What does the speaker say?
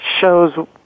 shows